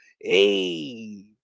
Hey